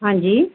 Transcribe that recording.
ਹਾਂਜੀ